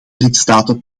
lidstaten